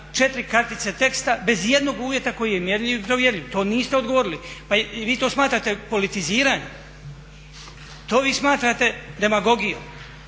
četiri kartice teksta bez ijednog uvjeta koji je mjerljivi i provjerljiv? To niste odgovorili, pa vi to smatrate politiziranjem? To vi smatrate demagogijom